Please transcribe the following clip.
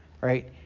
right